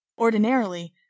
ordinarily